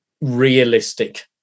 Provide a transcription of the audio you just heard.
realistic